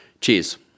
Cheers